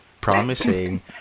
promising